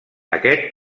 aquest